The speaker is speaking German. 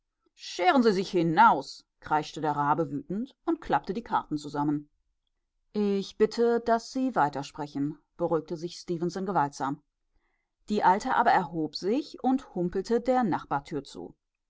scheren sie sich hinaus kreischte der rabe wütend und klappte die karten zusammen ich bitte daß sie weitersprechen beruhigte sich stefenson gewaltsam die alte aber erhob sich und humpelte der nachbartür zu